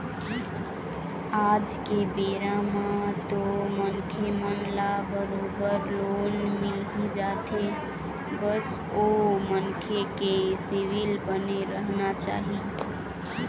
आज के बेरा म तो मनखे मन ल बरोबर लोन मिलही जाथे बस ओ मनखे के सिविल बने रहना चाही